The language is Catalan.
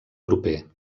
proper